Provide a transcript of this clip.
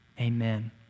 Amen